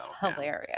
hilarious